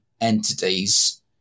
entities